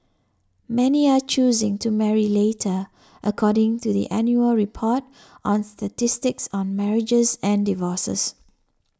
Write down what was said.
many are choosing to marry later according to the annual report on statistics on marriages and divorces